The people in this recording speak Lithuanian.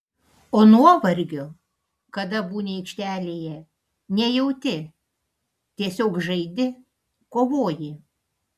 o nuovargio kada būni aikštelėje nejauti tiesiog žaidi kovoji